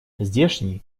здешний